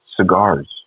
cigars